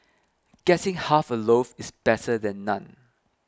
getting half a loaf is better than none